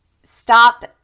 stop